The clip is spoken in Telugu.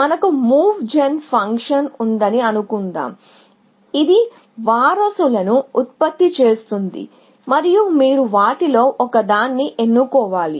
మనకు మూవ్ జెన్ ఫంక్షన్ ఉందని అనుకుందాం ఇది వారసులను ఉత్పత్తి చేస్తుంది మరియు మీరు వాటిలో ఒకదాన్ని ఎన్నుకోవాలి